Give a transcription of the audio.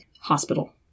hospital